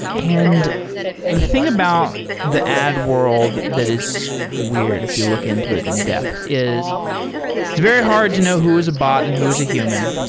and the thing about the ad world that is weird if you look into it in depth is it's very hard to know who is a bot and who is a human,